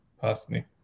personally